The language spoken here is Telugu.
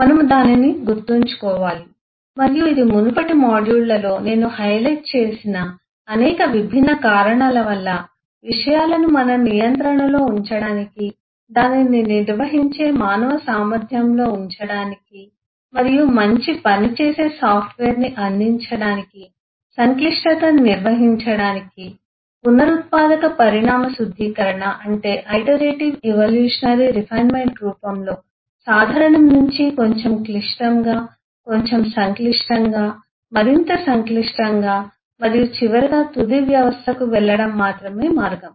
మనము దానిని గుర్తుంచుకోవాలి మరియు ఇది మునుపటి మాడ్యూళ్ళలో నేను హైలైట్ చేసిన అనేక విభిన్న కారణాల వల్ల విషయాలను మన నియంత్రణలో ఉంచడానికి దానిని నిర్వహించే మానవ సామర్థ్యంలో ఉంచడానికి మరియు మంచి పని చేసే సాఫ్ట్వేర్ను అందించడానికి సంక్లిష్టతను నిర్వహించడానికి పునరుత్పాదక పరిణామ శుద్ధీకరణ ఐటరేటివ్ ఇవల్యూషనరీ రిఫైన్మెంట్ రూపంలో సాధారణ నుండి కొంచెం క్లిష్టంగా కొంచెం సంక్లిష్టంగా మరింత సంక్లిష్టంగా మరియు చివరగా తుది వ్యవస్థకు వెళ్లడం మాత్రమే మార్గం